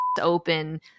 open